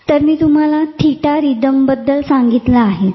तर मी तुम्हाला थिटा रिदमबद्दल सांगितले आहेच